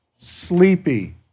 Sleepy